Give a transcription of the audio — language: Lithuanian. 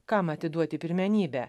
kam atiduoti pirmenybę